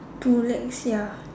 two legs ya